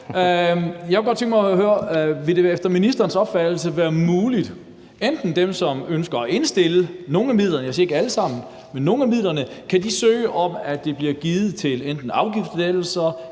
Jeg kunne godt tænke mig at høre: Ville det efter ministerens opfattelse være muligt, at dem, som ønsker at indstille nogle af midlerne – jeg siger ikke, at det skal være dem alle sammen – kan søge om,